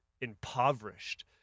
impoverished